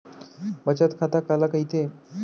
बचत खाता काला कहिथे?